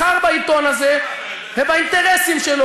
קראת לו להתפטר?